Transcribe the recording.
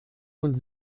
und